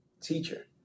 teacher